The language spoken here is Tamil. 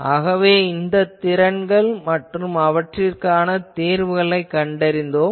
ஆகவே இந்த திறன்கள் மற்றும் அவற்றிற்கான தீர்வுகளைக் கண்டோம்